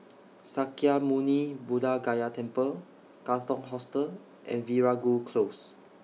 Sakya Muni Buddha Gaya Temple Katong Hostel and Veeragoo Close